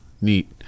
Neat